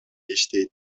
иштейт